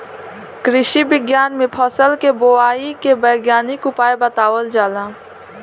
कृषि विज्ञान में फसल के बोआई के वैज्ञानिक उपाय बतावल जाला